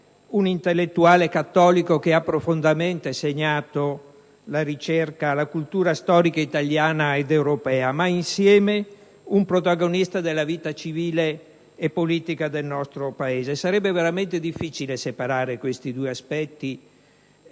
un intellettuale cattolico che ha profondamente segnato la ricerca e la cultura storica italiana ed europea, ma, insieme, un protagonista della vita civile e politica del nostro Paese. Sarebbe veramente difficile separare questi due aspetti.